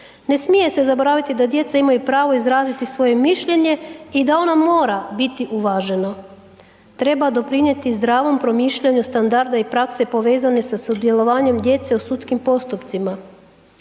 Ne smije se zaboraviti da djeca imaju pravo izraziti svoje mišljenje i da ono mora biti uvaženo. Treba doprinijeti zdravom promišljanju standarda i prakse povezane sa sudjelovanjem djece u sudskim postupcima.